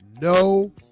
No